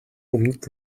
өмнөд